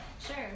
Sure